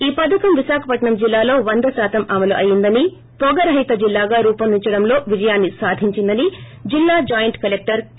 ఈ పధకం విశాఖపట్నం జిల్లాలో వంద శాతం అమలు అయిందని పొగరహిత జిల్లాగా రుపొందడములో విజయాన్ని సాధించిందని జిల్లా జాయింట్ కలెక్టర్ కే